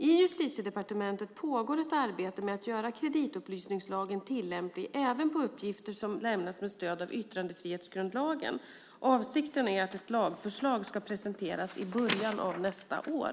I Justitiedepartementet pågår ett arbete med att göra kreditupplysningslagen tillämplig även på uppgifter som lämnas med stöd av yttrandefrihetsgrundlagen. Avsikten är att ett lagförslag ska presenteras i början av nästa år.